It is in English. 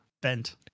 Bent